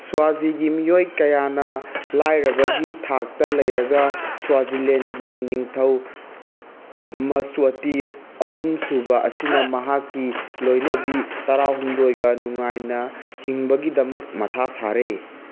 ꯁ꯭ꯋꯥꯖꯤꯒꯤ ꯃꯤꯑꯣꯏ ꯀꯌꯥꯅ ꯂꯥꯏꯔꯕꯒꯤ ꯊꯥꯛꯇ ꯂꯩꯔꯒ ꯁ꯭ꯋꯥꯖꯤꯂꯦꯟꯒꯤ ꯅꯤꯡꯊꯧ ꯃꯁ꯭ꯋꯇꯤ ꯑꯍꯨꯝ ꯁꯨꯕ ꯑꯁꯤꯅ ꯃꯍꯥꯛꯀꯤ ꯂꯣꯏꯅꯕꯤ ꯇꯔꯥꯍꯨꯝꯗꯣꯏꯒ ꯅꯨꯡꯉꯥꯏꯅ ꯍꯤꯡꯕꯒꯤꯗꯃꯛ ꯃꯊꯥ ꯁꯥꯔꯦ